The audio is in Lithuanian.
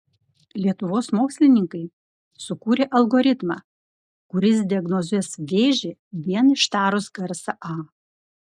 lietuvos mokslininkai sukūrė algoritmą kuris diagnozuos vėžį vien ištarus garsą a